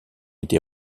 été